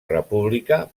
república